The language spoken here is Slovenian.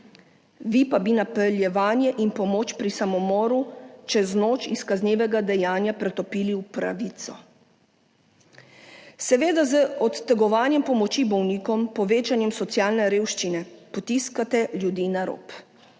Vi pa bi napeljevanje in pomoč pri samomoru čez noč iz kaznivega dejanja pretopili v pravico. Seveda z odtegovanjem pomoči bolnikom, povečanjem socialne revščine, potiskate ljudi na rob.